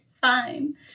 fine